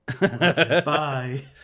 Bye